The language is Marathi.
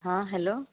हां हॅलो